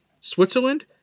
Switzerland